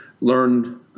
learned –